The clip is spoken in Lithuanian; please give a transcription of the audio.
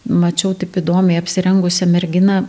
mačiau taip įdomiai apsirengusią merginą